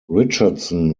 richardson